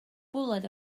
bwled